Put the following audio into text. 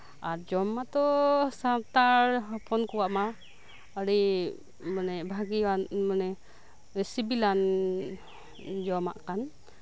ᱟᱨ ᱡᱚᱢ ᱢᱟᱛᱚ ᱥᱟᱱᱛᱟᱲ ᱦᱚᱯᱚᱱ ᱠᱚᱣᱟᱜ ᱢᱟ ᱟᱹᱰᱤ ᱵᱷᱟᱹᱜᱤᱭᱟᱱ ᱢᱟᱱᱮ ᱥᱤᱵᱤᱞᱥᱟᱱ ᱡᱚᱢᱟᱜ ᱠᱟᱱ